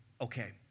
Okay